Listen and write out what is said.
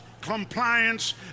compliance